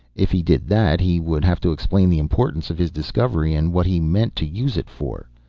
if he did that, he would have to explain the importance of his discovery and what he meant to use it for.